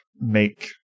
make